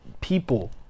people